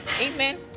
Amen